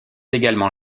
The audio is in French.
également